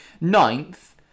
ninth